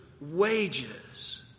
wages